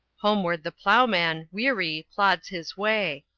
homeward the ploughman, weary, plods his way.